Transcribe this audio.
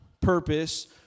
purpose